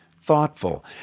thoughtful